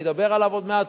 אני אדבר עליו עוד מעט,